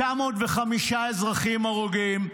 905 אזרחים הרוגים,